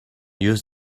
use